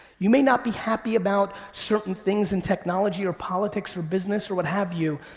you may not be happy about certain things and technology or politics or business or what have you.